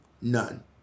None